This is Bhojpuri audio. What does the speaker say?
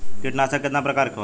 कीटनाशक केतना प्रकार के होला?